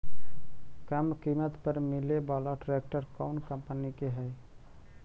कम किमत पर मिले बाला ट्रैक्टर कौन कंपनी के है?